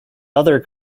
other